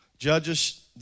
Judges